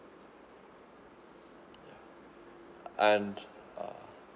yeah and uh